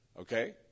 Okay